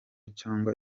cyangwa